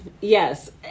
Yes